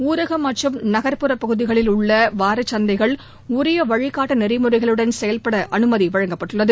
ஊரக மற்றும் நகர்ப்புற பகுதிகளில் உள்ள வாரச்சந்தைகள் உரிய வழிகாட்டு நெறிமுறைகளுடன் செயல்பட அனுமதி அளிக்கப்பட்டுள்ளது